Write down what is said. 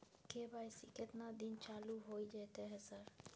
KYC केतना दिन चालू होय जेतै है सर?